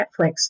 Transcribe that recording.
Netflix